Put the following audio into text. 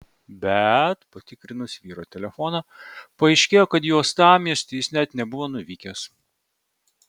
bet patikrinus vyro telefoną paaiškėjo kad į uostamiestį jis net nebuvo nuvykęs